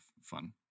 fun